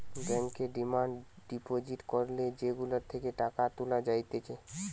ব্যাংকে demand deposit করলে সেখান থেকে টাকা তুলা যাইতেছে